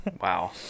Wow